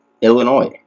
Illinois